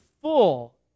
full